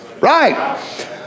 right